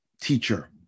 teacher